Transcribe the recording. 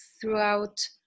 throughout